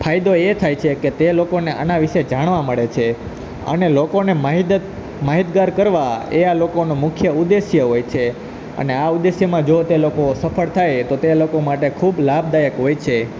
ફાયદો એ થાય છે કે તે લોકોને આના વિષે જાણવા મળે છે અને લોકોને મહીગત માહિતગાર કરવા એ આ લોકોનો મુખ્ય ઉદેશ્ય હોય છે અને આ ઉદેશ્યમાં જો તે લોકો સફળ થાય તોતે લોકો માટે ખૂબ લાભદાયક હોય છે